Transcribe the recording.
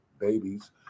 babies